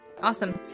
awesome